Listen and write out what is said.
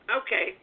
Okay